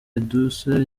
edouce